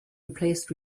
replaced